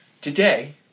today